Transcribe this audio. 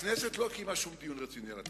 הכנסת לא קיימה שום דיון רציני על התקציב.